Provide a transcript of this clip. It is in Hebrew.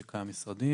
של כלל המשרדים.